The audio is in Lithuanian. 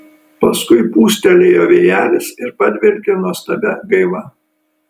paskui pūstelėjo vėjelis ir padvelkė nuostabia gaiva